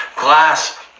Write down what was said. Glass